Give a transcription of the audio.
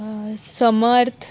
समर्थ